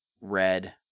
red